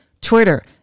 Twitter